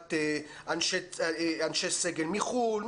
מחסימת אנשי סגל מחו"ל,